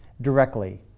directly